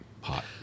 hot